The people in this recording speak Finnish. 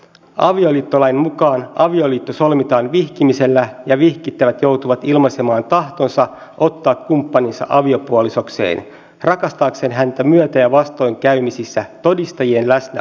avioliittolain mukaan avioliitto solmitaan vihkimisellä ja vihittävät joutuvat ilmaisemaan tahtonsa ottaa kumppaninsa aviopuolisokseen rakastaakseen häntä myötä ja vastoinkäymisissä todistajien läsnä ollessa